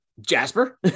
Jasper